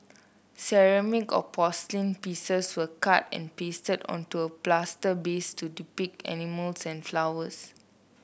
ceramic or porcelain pieces were cut and pasted onto a plaster base to depict animals and flowers